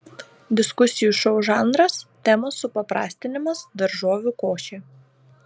diskusijų šou žanras temos supaprastinimas daržovių košė